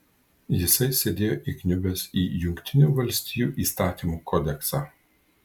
jisai sėdėjo įkniubęs į jungtinių valstijų įstatymų kodeksą